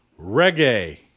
reggae